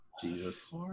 Jesus